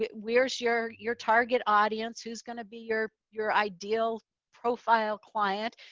where's your your target audience? who's going to be your your ideal profile client?